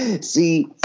See